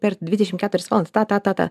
per dvidešimt keturias valandas ta ta ta ta